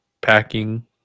Packing